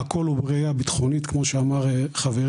הכל הוא מניע ביטחוני כמו שאמר חברי.